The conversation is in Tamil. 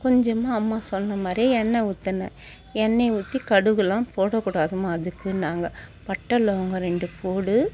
கொஞ்சமாக அம்மா சொன்னமாதிரி எண்ணெய் ஊற்றின எண்ணெய் ஊற்றி கடுகெல்லாம் போடக்கூடாதும்மா அதுக்குனாங்க பட்டை லவங்கம் ரெண்டு போடு